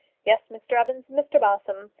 yes, mr evans. mr balsam,